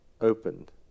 opened